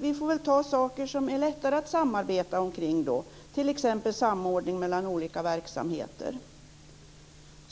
Vi får väl ta saker som det är lättare att samarbeta kring, t.ex. samordning mellan olika verksamheter.